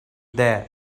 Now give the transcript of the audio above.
there